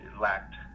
lacked